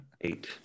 Eight